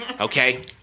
okay